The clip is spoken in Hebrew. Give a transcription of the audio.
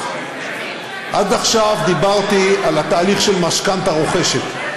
עד עכשיו דיברתי על התהליך של משכנתה רוכשת,